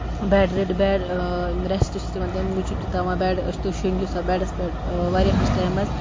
بٮ۪ڈ رِڈ bed rest چھِ تِمَن تَمہِ موٗجوٗب تہِ تھاوان بٮ۪ڈ تُہۍ شٮ۪نگیو سا بٮ۪ڈس پٮ۪ٹھ واریاہَس ٹایَمَس